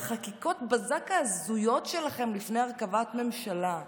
בחקיקות הבזק ההזויות שלכם לפני הרכבת ממשלה,